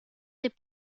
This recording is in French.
des